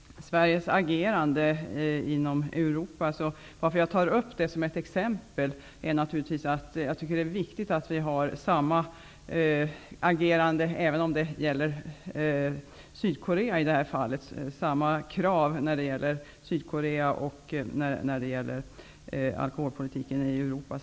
Jag tycker att det är viktigt att vi agerar på samma sätt och ställer samma krav när det gäller Sydkorea som när det gäller alkoholpolitiken i Europa.